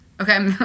Okay